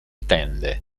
tende